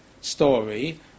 story